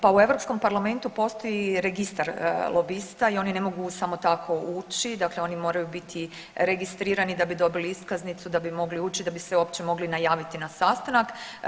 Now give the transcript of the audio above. Pa u Europskom parlamentu postoji registar lobista i oni ne mogu samo tako ući, dakle oni moraju biti registrirani da bi dobili iskaznici da bi mogli ući i da bi se uopće mogli najaviti na sastanak.